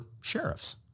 sheriffs